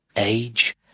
age